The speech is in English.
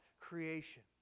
creation